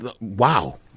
Wow